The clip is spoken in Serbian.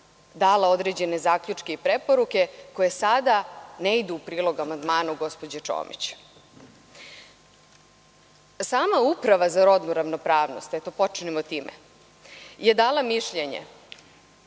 dala određene zaključke i preporuke koje sada ne idu u prilog amandmanu gospođe Čomić. Sama Uprava za rodnu ravnopravnost, počnimo time, je dala mišljenje